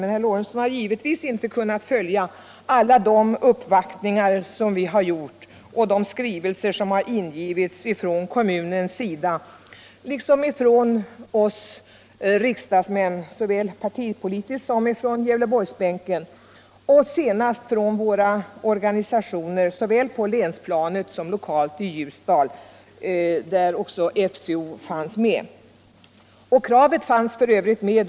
Herr Lorentzon har givetvis inte kunnat följa alla de uppvaktningar som vi har gjort och de skrivelser som har ingivits från kommunen liksom från oss riksdagsmän, såväl partipolitiskt som från Gävleborgsbänken, och senast från våra organisationer både på länsplanet och lokalt i Ljusdal, däribland FCO. Kravet fanns f.ö.